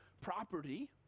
property